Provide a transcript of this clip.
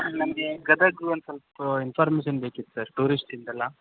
ನಮಗೆ ಗದಗ ಒನ್ ಸ್ವಲ್ಪ ಇನ್ಫಾರ್ಮೇಷನ್ ಬೇಕಿತ್ತು ಸರ್ ಟೂರಿಸ್ಟ್ ಇಂದೆಲ್ಲ